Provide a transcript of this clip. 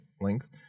links